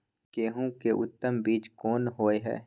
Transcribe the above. गेहूं के उत्तम बीज कोन होय है?